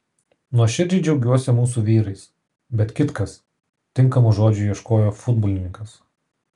nuoširdžiai džiaugiuosi mūsų vyrais bet kitkas tinkamų žodžių ieškojo futbolininkas